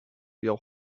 your